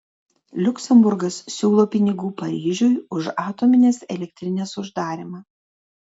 liuksemburgas siūlo pinigų paryžiui už atominės elektrinės uždarymą